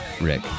Rick